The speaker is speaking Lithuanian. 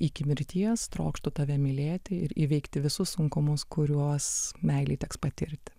iki mirties trokštu tave mylėti ir įveikti visus sunkumus kuriuos meilei teks patirti